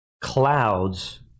clouds